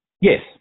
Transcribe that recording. Yes